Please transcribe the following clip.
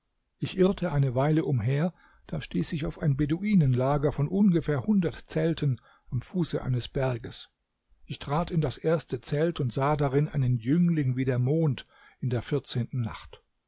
ich irrte eine weile umher da stieß ich auf ein beduinenlager von ungefähr hundert zelten am fuße eines berges ich trat in das erste zelt und sah darin einen jüngling wie der mond in der vierzehnten nacht